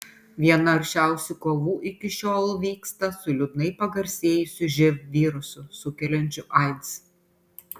viena aršiausių kovų iki šiol vyksta su liūdnai pagarsėjusiu živ virusu sukeliančiu aids